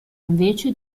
invece